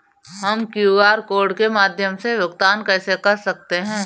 हम QR code के माध्यम से भुगतान कैसे कर सकते हैं?